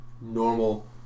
normal